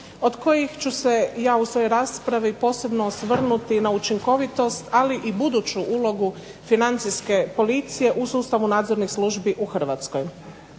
od kojih ću se ja u svojoj raspravi posebno osvrnuti na učinkovitost, ali i buduću ulogu Financijske policije u sustavu nadzornih službi u Hrvatskoj.